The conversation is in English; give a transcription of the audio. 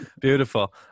Beautiful